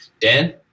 Dan